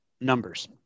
numbers